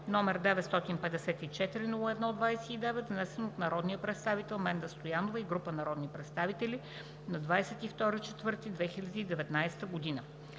№ 954-01-29, внесен от народния представител Менда Стоянова и група народни представители на 22 април 2019 г.